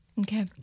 Okay